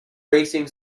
racing